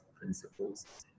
principles